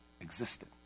existed